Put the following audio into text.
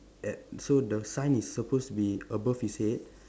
at so the sign is supposed to be above his head